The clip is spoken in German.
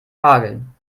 hageln